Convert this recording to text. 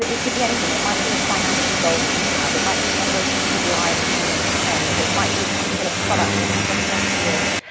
ah it could be anything. it might be a financial goal that you have. it might be a number of people's lives that you want to change. it might be a particular product that you just want to launch.